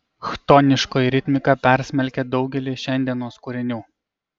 chtoniškoji ritmika persmelkia daugelį šiandienos kūrinių